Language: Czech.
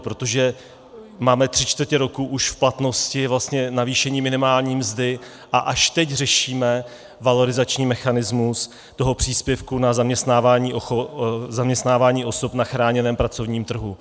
Protože máme tři čtvrtě roku už v platnosti vlastně navýšení minimální mzdy a až teď řešíme valorizační mechanismus toho příspěvku na zaměstnávání osob na chráněném pracovním trhu.